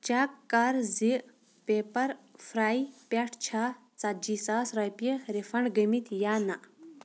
check کَر زِ paper فرٛاے پٮ۪ٹھ چھا ژَتجی ساس رۄپیہِ رِفنڈ گٔمٕتۍ یا نَہ